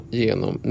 genom